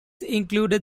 included